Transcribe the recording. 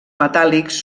metàl·lics